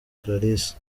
clarisse